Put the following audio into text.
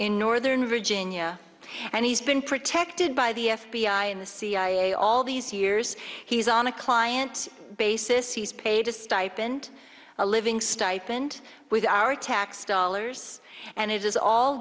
in northern virginia and he's been protected by the f b i and the cia all these years he's on a client basis he's paid a stipend a living stipend with our tax dollars and it is all